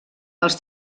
els